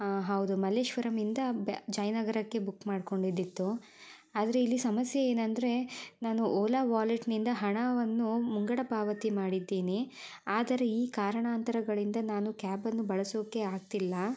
ಹೌದು ಮಲ್ಲೇಶ್ವರಮಿಂದ ಬ್ಯಾ ಜಯನಗರಕ್ಕೆ ಬುಕ್ ಮಾಡ್ಕೊಂಡಿದ್ದಿತ್ತು ಆದರೆ ಇಲ್ಲಿ ಸಮಸ್ಯೆ ಏನಂದರೆ ನಾನು ಓಲಾ ವಾಲೆಟ್ನಿಂದ ಹಣವನ್ನು ಮುಂಗಡ ಪಾವತಿ ಮಾಡಿದ್ದೀನಿ ಆದರೆ ಈ ಕಾರಣಾಂತರಗಳಿಂದ ನಾನು ಕ್ಯಾಬನ್ನು ಬಳಸೋಕ್ಕೆ ಆಗ್ತಿಲ್ಲ